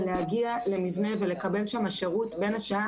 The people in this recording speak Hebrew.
ולהגיע למבנה ולקבל שם שרות בין השעות